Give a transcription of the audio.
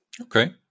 Okay